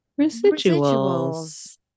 Residuals